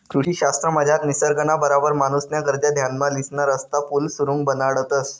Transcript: कृषी शास्त्रमझार निसर्गना बराबर माणूसन्या गरजा ध्यानमा लिसन रस्ता, पुल, सुरुंग बनाडतंस